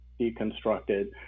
deconstructed